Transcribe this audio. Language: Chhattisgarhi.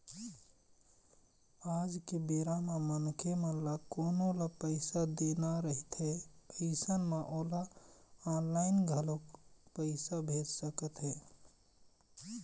आज के बेरा म मनखे ल कोनो ल पइसा देना रहिथे अइसन म ओला ऑनलाइन घलोक पइसा भेज सकत हे